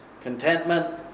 contentment